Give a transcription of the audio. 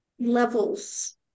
Levels